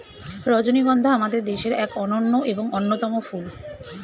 রজনীগন্ধা আমাদের দেশের এক অনন্য এবং অন্যতম ফুল